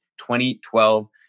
2012